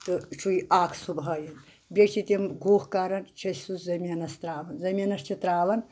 تہٕ چھُ اکھ صُبحٲے بییہِ چھِ تم گُہہ کران چھِ أسۍ سُہ زمیٖنَس تراوان زمیٖنس چھِ تراوان